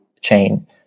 chain